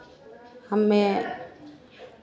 हमें